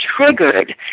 triggered